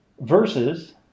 versus